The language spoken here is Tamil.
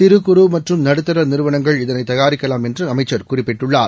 சிறு குறு மற்றும் நடுத்தரநிறுவனங்கள் இதனைத் தயாரிக்கலாம் என்றுஅமைச்சர் குறிப்பிட்டுள்ளார்